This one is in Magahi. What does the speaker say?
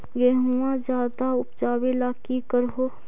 गेहुमा ज्यादा उपजाबे ला की कर हो?